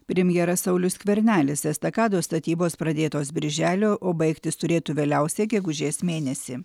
premjeras saulius skvernelis estakados statybos pradėtos birželį o baigtis turėtų vėliausiai gegužės mėnesį